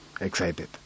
excited